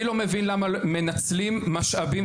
אני לא מבין למה מנצלים משאבים,